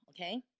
Okay